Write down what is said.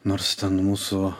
nors ten mūsų